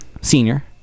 senior